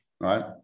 right